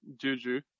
Juju